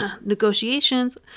negotiations